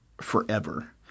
forever